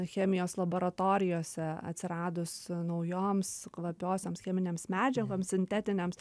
chemijos laboratorijose atsiradus naujoms kvapiosioms cheminėms medžiagoms sintetinėms